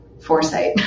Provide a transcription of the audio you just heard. foresight